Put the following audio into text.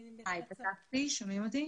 שלום.